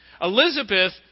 Elizabeth